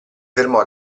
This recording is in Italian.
fermò